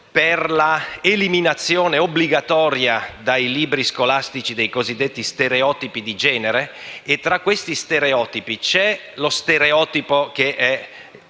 per l'eliminazione obbligatoria dai libri scolastici dei cosiddetti stereotipi di genere? E tra questi stereotipi c'è lo stereotipo, che è